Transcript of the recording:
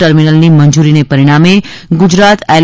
ટર્મિનલની મંજુરીને પરિણામે ગુજરાત એલ